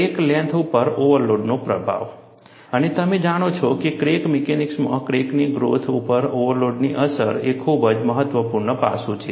crack length ઉપર ઓવરલોડનો પ્રભાવ અને તમે જાણો છો કે ફ્રેક્ચર મિકેનિક્સમાં ક્રેકની ગ્રોથ ઉપર ઓવરલોડની અસર એ ખૂબ જ મહત્વપૂર્ણ પાસું છે